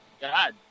God